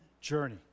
journey